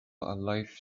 life